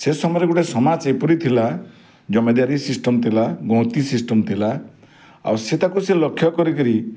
ସେ ସମୟରେ ଗୋଟେ ସମାଜ ଏପରି ଥିଲା ଜମିଦାରୀ ସିଷ୍ଟମ ଥିଲା ଗଣତି ସିଷ୍ଟମ ଥିଲା ଆଉ ସେଇଟାକୁ ସେ ଲକ୍ଷ୍ୟ କରିକିରି